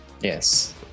Yes